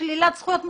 שלילת זכויות מוחלטת,